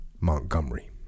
Montgomery